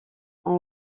ont